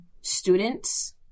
students